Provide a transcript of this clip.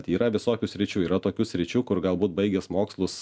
tai yra visokių sričių yra tokių sričių kur galbūt baigęs mokslus